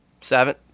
Seven